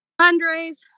fundraise